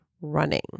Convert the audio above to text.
running